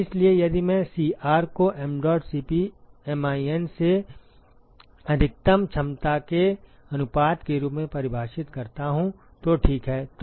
इसलिए यदि मैं Cr को mdot Cp min से अधिकतम क्षमता के अनुपात के रूप में परिभाषित करता हूं तो ठीक है